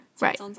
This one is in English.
Right